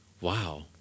Wow